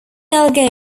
algae